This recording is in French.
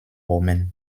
romaines